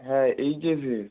হ্যাঁ এইচ এসের